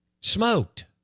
smoked